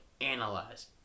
analyze